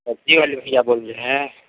सब्जी वाले भैया बोल रहे हैं